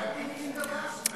שאלתי שאלה אחרת,